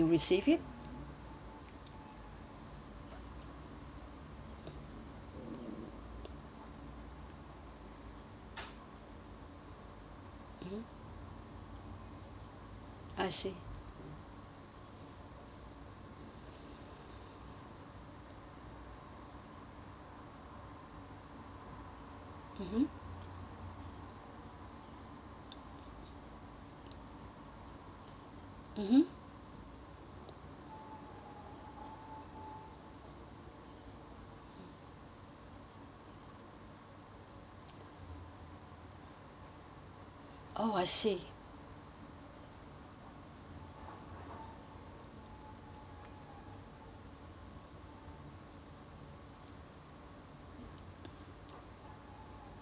mm I see mmhmm mmhmm oh I see